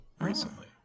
recently